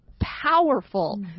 powerful